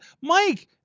Mike